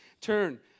Turn